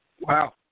Wow